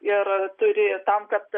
ir turi tam kad